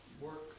Work